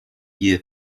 year